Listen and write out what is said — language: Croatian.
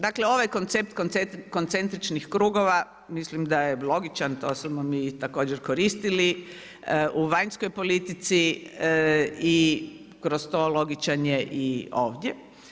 Dakle ovaj koncept koncentričnih krugova mislim da je logičan, to smo mi također koristili u vanjskoj politici i kroz to logičan je i ovdje.